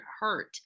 hurt